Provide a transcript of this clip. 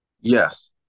Yes